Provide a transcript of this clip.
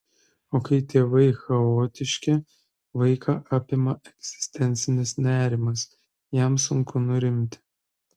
o kai tėvai chaotiški vaiką apima egzistencinis nerimas jam sunku nurimti